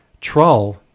Troll